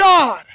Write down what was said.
God